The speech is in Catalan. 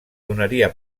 donaria